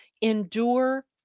endure